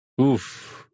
Oof